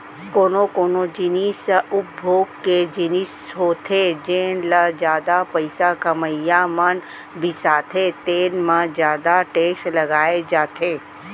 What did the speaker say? कोनो कोनो जिनिस ह उपभोग के जिनिस होथे जेन ल जादा पइसा कमइया मन बिसाथे तेन म जादा टेक्स लगाए जाथे